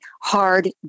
hard